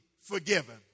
forgiven